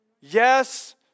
Yes